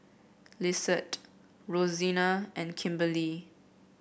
Lissette Rosena and Kimberley